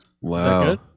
Wow